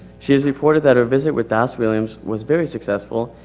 she's reported that her visit with das williams was very successful,